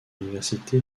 l’université